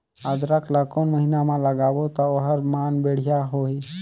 अदरक ला कोन महीना मा लगाबो ता ओहार मान बेडिया होही?